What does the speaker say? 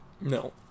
No